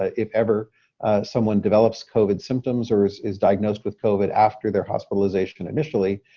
ah if ever someone develops covid symptoms or is is diagnosed with covid after their hospitalization initially,